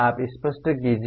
आप स्पष्ट कीजिए